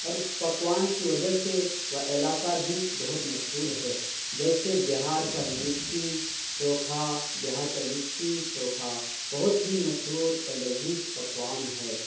اور اس پکوان کی وجہ سے وہ علاقہ بھی بہت مشہور ہے جیسے بہار کا لٹی چوکھا بہار کا لٹی چوکھا بہت ہی مشہور اور لذیذ پکوان ہے